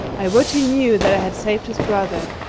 i would he knew that i had sav'd his brother!